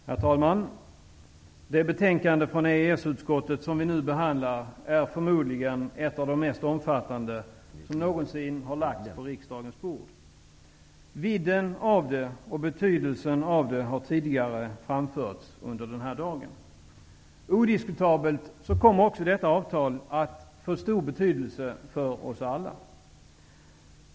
Herr talman! Det betänkande från EES-utskottet som vi nu behandlar är förmodligen ett av de mest omfattande som någonsin har lagts på riksdagens bord. Vidden av det och betydelsen av det har tidigare framförts under den här dagen. Odiskutabelt kommer också detta EES-avtalet att få stor betydelse för oss alla.